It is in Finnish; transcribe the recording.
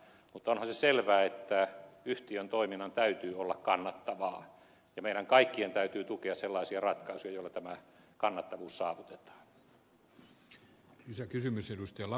mutta onhan se selvää että yhtiön toiminnan täytyy olla kannattavaa ja meidän kaikkien täytyy tukea sellaisia ratkaisuja joilla tämä kannattavuus saavutetaan